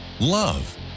Love